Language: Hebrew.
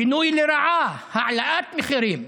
שינוי לרעה, העלאת מחירים,